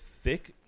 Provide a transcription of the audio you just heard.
thick